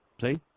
See